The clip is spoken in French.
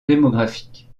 démographique